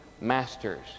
masters